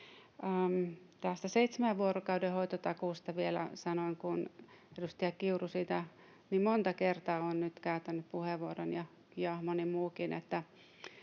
Tästä seitsemän vuorokauden hoitotakuusta vielä sanon, kun edustaja Kiuru siitä niin monta kertaa on nyt käyttänyt puheenvuoron, ja moni muukin,